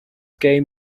gave